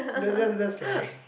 that that that's like